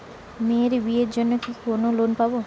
মেয়ের বিয়ের জন্য কি কোন লোন পাব?